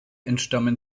entstammen